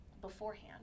beforehand